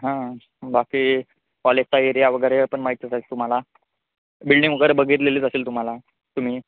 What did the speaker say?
हां बाकी काॅलेजचा एरिया वगैरे पण माहितीचाच तुम्हाला बिल्डिंग वगैरे बघितलेलीच असेल तुम्हाला तुम्ही